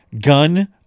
Gun